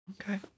Okay